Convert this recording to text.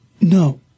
No